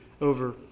over